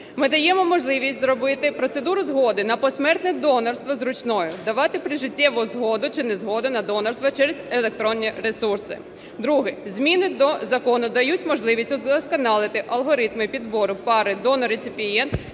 Ми даємо можливість зробити процедуру згоди на посмертне донорство зручною, давати прижиттєву згоду чи незгоду на донорство через електронні ресурси. Друге. Зміни до закону дають можливість удосконалити алгоритми підбору пари донор – реципієнт